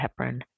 heparin